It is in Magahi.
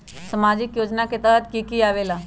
समाजिक योजना के तहद कि की आवे ला?